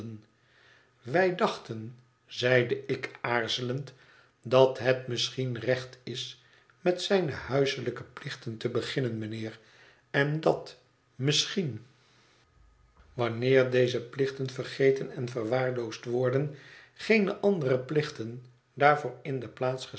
wij dachten zeide ik aarzelend dat het misschien recht is met zijne huiselijke plichten te beginnen mijnheer en dat misschien wanneer deze verl m het verlaten huis geten en verwaarloosd worden geene andere plichten daarvoor in de plaats